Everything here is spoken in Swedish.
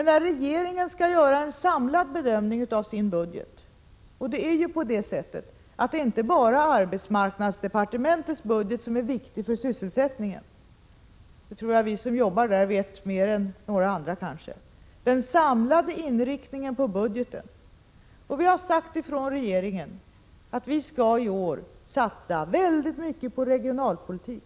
Regeringen gör en samlad bedömning av sin budget. Det är inte bara arbetsmarknadsdepartementets budget som är viktig för sysselsättningen — det vet vi som jobbar där mer än andra. Vi har i regeringen sagt att vi i år skall satsa mycket på regionalpolitik.